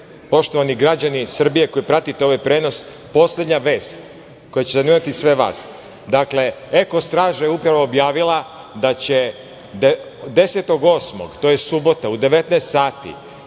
poštovani građani Srbije koji pratite ovaj prenos, poslednja vest koja će zanimati sve vas. Dakle, „Eko straža“ je upravo objavila da će 10. avgusta, to je subota, u 19.00